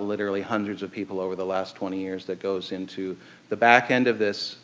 literally hundreds of people over the last twenty years that goes into the back end of this.